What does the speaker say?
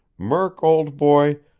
murk, old boy,